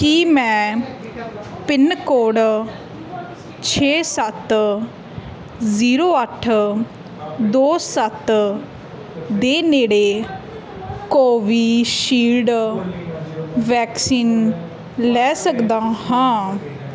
ਕੀ ਮੈਂ pin code ਛੇ ਸੱਤ ਜ਼ੀਰੋ ਅੱਠ ਦੋ ਸੱਤ ਦੇ ਨੇੜੇ ਕੋਵਿਸ਼ਿਲਡ ਵੈਕਸੀਨ ਲੈ ਸਕਦਾ ਹਾਂ